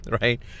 right